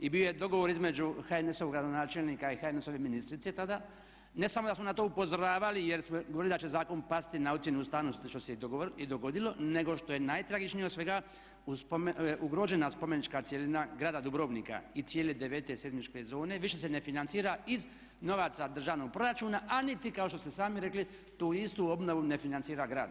I bio je dogovor između HNS-ovog gradonačelnika i HNS-ove ministrice tada, ne samo da smo na to upozoravali jer smo govorili da će zakon pasti na ocjenu ustavnosti kao što se i dogodilo nego što je najtragičnije od svega ugrožena spomenička cjelina grada Dubrovnika i cijele 9. seizmičke zone više se ne financira iz novaca državnog proračuna a niti kao što ste i sami rekli tu istu obnovu ne financira grad.